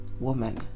woman